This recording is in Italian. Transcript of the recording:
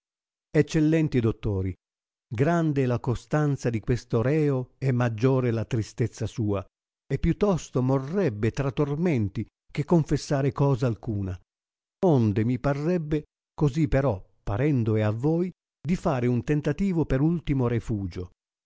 eccellenti dottori grande é la costanza di questo reo e maggiore la tristezza sua e più tosto morrebbe tra tormenti che confessare cosa alcuna onde mi parrebbe così però parendo e a voi di fare un tentativo per ultimo refugio